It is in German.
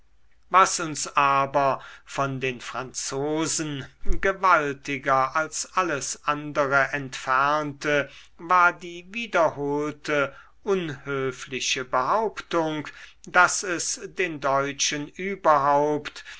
was uns aber von den franzosen gewaltiger als alles andere entfernte war die wiederholte unhöfliche behauptung daß es den deutschen überhaupt